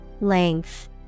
Length